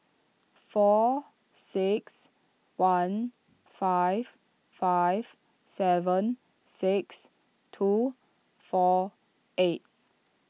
four six one five five seven six two four eight